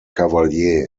cavalier